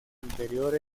anterior